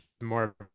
More